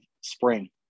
spring